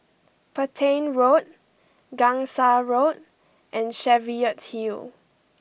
Petain Road Gangsa Road and Cheviot Hill